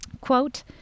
Quote